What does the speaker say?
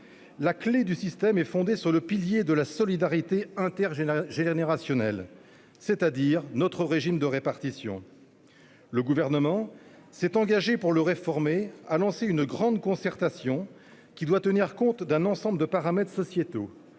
la clé du système est fondée sur le pilier de la solidarité intergénérationnelle, c'est-à-dire sur notre régime de répartition. Le Gouvernement s'est engagé, pour réformer ce régime, à lancer une grande concertation, qui doit tenir compte d'un ensemble de paramètres sociétaux